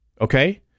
Okay